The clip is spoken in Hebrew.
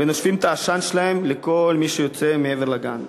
ונושפים את העשן שלהם על כל מי שיוצא מהגן.